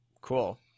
Cool